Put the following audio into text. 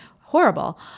Horrible